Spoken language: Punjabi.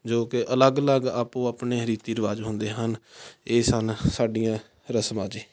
ਜੋ ਕਿ ਅਲੱਗ ਅਲੱਗ ਆਪੋ ਆਪਣੇ ਰੀਤੀ ਰਿਵਾਜ਼ ਹੁੰਦੇ ਹਨ ਇਹ ਸਨ ਸਾਡੀਆਂ ਰਸਮਾਂ ਜੀ